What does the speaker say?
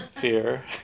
fear